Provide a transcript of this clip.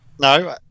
No